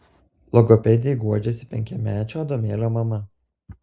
logopedei guodžiasi penkiamečio adomėlio mama